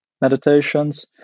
meditations